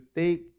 take